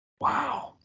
wow